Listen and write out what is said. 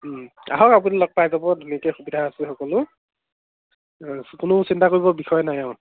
আহক আপুনি লগ পাই যাব ধুনীয়াকৈ সুবিধা আছে সকলো অঁ কোনো চিন্তা কৰিব বিষয় নাই আৰু